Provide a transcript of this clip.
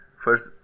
first